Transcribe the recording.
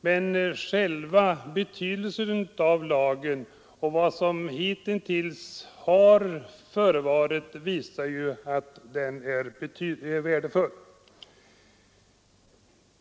Men själva innebörden i lagen och vad som hittills har förevarit visar att lagen är värdefull.